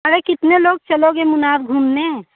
अरे कितने लोग चलोगे मुनार घूमने